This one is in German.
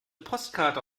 postkarte